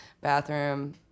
bathroom